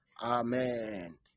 Amen